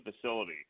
facility